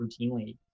routinely